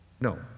No